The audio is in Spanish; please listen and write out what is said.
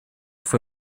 fue